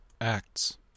Acts